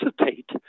resuscitate